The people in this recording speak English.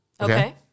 okay